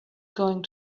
going